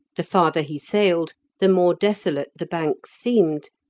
the farther he sailed the more desolate the banks seemed,